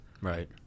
right